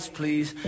please